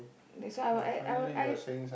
that's why I I will I